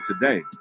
today